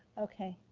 okay,